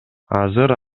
азыр